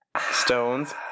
Stones